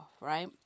Right